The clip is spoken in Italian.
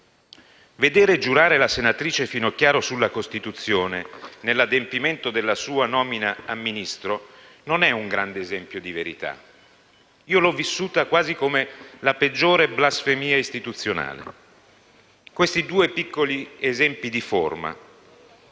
vedere giurare la senatrice Finocchiaro sulla Costituzione, nell'adempimento della sua nomina a Ministro, non è un grande esempio di verità. Io l'ho vissuta quasi come la peggiore blasfemia istituzionale. Questi sono due piccoli esempi di forma.